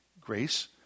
grace